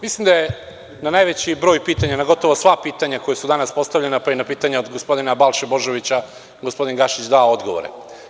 Mislim da najveći broj pitanja, da na gotovo sva pitanja koja su danas postavljena, pa i na pitanja od gospodina Balše Božovića, gospodin Gašić je dao odgovore.